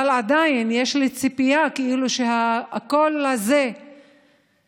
אבל עדיין יש לי ציפייה כאילו שהקול הזה של